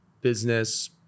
business